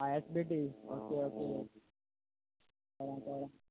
I F B T okay okay बरें बरें